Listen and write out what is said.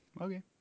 Okay